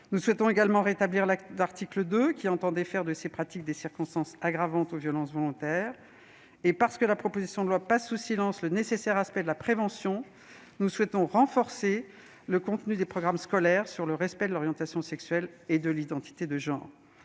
Nous souhaitons également rétablir l'article 2, qui tendait à faire de ces pratiques des circonstances aggravantes aux violences volontaires. Et parce que la proposition de loi passe sous silence le nécessaire aspect de la prévention, nous souhaitons renforcer le contenu des programmes scolaires sur le respect de l'orientation sexuelle et de l'identité de genre.